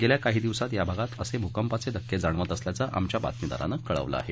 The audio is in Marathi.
गेल्या काही दिवसांत ह्या भागांत असे भूकंपाचे धक्के जाणवत असल्याचं आमच्या बातमीदारानं कळवलं आहे